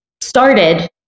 started